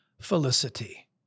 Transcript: felicity